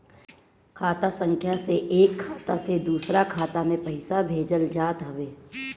खाता संख्या से एक खाता से दूसरा खाता में पईसा भेजल जात हवे